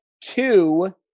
two